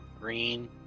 Green